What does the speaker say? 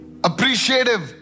Appreciative